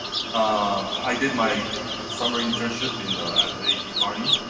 um i did my summer internship in at a t. kearney.